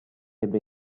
ebbe